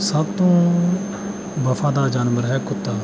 ਸਭ ਤੋਂ ਵਫਾਦਾਰ ਜਾਨਵਰ ਹੈ ਕੁੱਤਾ